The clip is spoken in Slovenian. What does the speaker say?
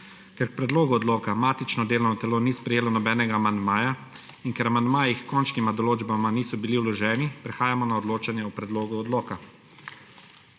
Ker k predlogu odloka matično delovno telo ni sprejelo nobenega amandmaja in ker amandmaji h končnima določbama niso bili vloženi, prehajamo na odločanje o predlogu odloka.